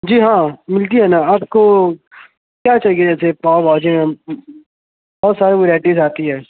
جی ہاں مِلتی ہیں نہ آپ کو کیا چاہیے تھے پاؤ بھاجی بہت ساری ویرائٹیز آتی ہے